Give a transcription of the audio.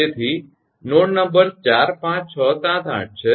તેથી node numbers 45678 છે